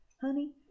honey